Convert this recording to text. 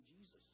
Jesus